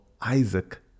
Isaac